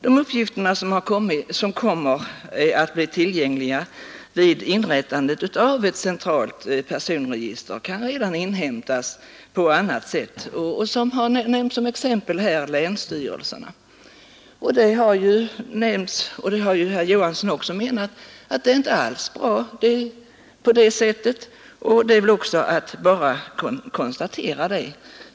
De uppgifter som kommer att bli tillgängliga vid inrättandet av ett centralt personregister kan redan inhämtas på annat sätt, exempelvis genom länsstyrelserna. Det har nämnts — och det har herr Johansson också menat — att detta inte alls är bra, och det är väl bara att konstatera.